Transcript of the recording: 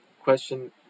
question